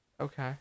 Okay